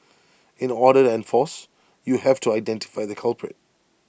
in order to enforce you have to identify the culprit